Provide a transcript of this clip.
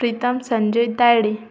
Pritam Sanjay Tayde